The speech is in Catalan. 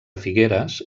figueres